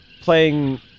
playing